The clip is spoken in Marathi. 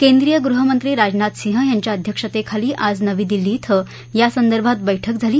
केंद्रीय गृहमंत्री राजनाथ सिंह यांच्या अध्यक्षतेखाली आज नवी दिल्ली इथं यासंदर्भात बैठक झाली